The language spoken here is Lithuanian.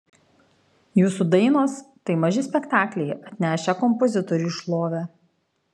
jūsų dainos tai maži spektakliai atnešę kompozitoriui šlovę